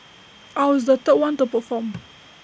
I was the third one to perform